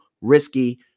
risky